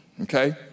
okay